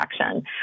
action